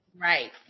right